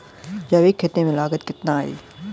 जैविक खेती में लागत कितना आई?